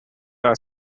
are